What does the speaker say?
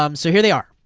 um so here they are,